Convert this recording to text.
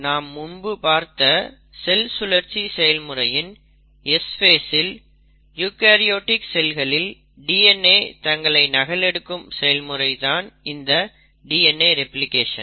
நாம் முன்பு பார்த்த செல் சுழற்சி செயல் முறையின் S ஃபேஸ் இல் யூகரியோடிக் செல்களில் DNA தங்களை நகலெடுக்கும் செயல்முறை தான் இந்த DNA ரெப்ளிகேஷன்